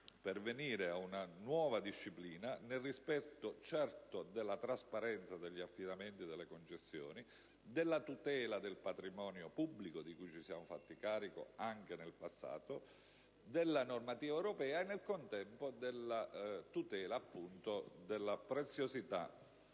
pervenire ad una nuova disciplina nel rispetto certo della trasparenza degli affidamenti delle concessioni, della tutela del patrimonio pubblico, di cui ci siamo fatti carico anche nel passato, della normativa europea e nel contempo della tutela della preziosità